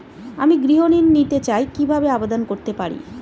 আমি গৃহ ঋণ নিতে চাই কিভাবে আবেদন করতে পারি?